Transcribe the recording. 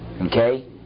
Okay